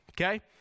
okay